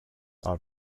are